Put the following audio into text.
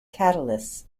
catalysts